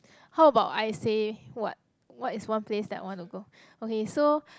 how about I say what what is one place that I want to go okay so